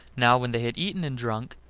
now when they had eaten and drunk,